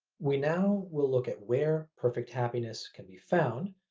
we now will look at where perfect happiness can be found.